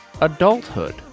adulthood